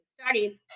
starting